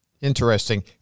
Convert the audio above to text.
Interesting